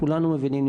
כולנו מבינים,